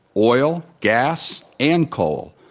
oil, gas, and coal,